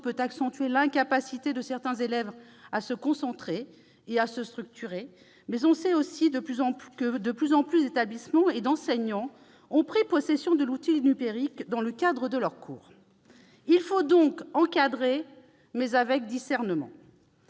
peut accentuer l'incapacité de certains élèves à se concentrer et à se structurer. Mais on sait aussi que de plus en plus d'établissements et d'enseignants ont pris possession de l'outil numérique dans le cadre des cours. Il faut donc encadrer, mais avec discernement.